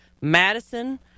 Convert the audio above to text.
Madison